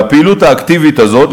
והפעילות האקטיבית הזאת,